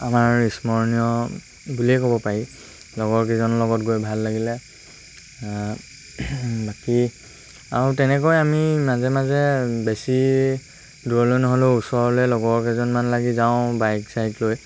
আমাৰ স্মৰণীয় বুলিয়েই ক'ব পাৰি লগৰ কেইজনৰ লগত গৈ ভাল লাগিলে বাকী আৰু তেনেকৈ আমি মাজে মাজে বেছি দূৰলৈ নহ'লেও ওচৰলৈ লগৰ কেইজনমান লাগি যাওঁ বাইক চাইক লৈ